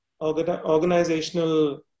organizational